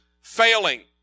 failing